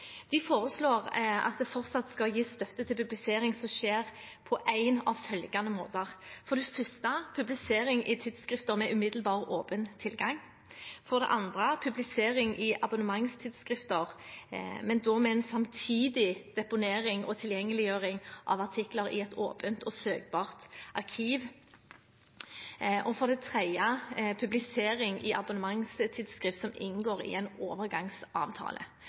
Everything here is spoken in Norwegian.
De foreslår at det fortsatt skal gis støtte til publisering som skjer på én av følgende måter: publisering i tidsskrifter med umiddelbar åpen tilgang publisering i abonnementstidsskrifter, men da med en samtidig deponering og tilgjengeliggjøring av artikler i et åpent og søkbart arkiv publisering i abonnementstidsskrift som inngår i en overgangsavtale